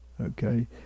okay